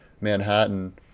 Manhattan